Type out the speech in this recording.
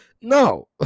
no